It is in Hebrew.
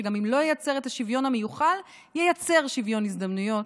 שגם אם לא ייצר את השוויון המיוחל ייצר שוויון הזדמנויות.